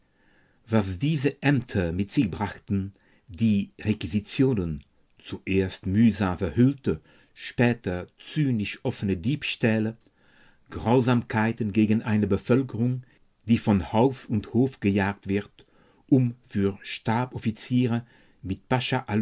was diese ämter mit sich brachten die requisitionen zuerst mühsam verhüllte später zynisch offene diebstähle grausamkeiten gegen eine bevölkerung die von haus und hof gejagt wird um für stabsoffiziere mit